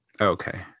Okay